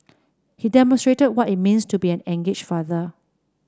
he demonstrated what it means to be an engaged father